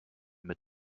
mit